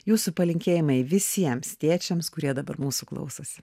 jūsų palinkėjimai visiems tėčiams kurie dabar mūsų klausosi